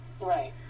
Right